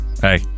Hey